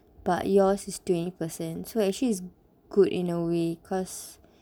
but yours is twenty percent so actually is good in a way cause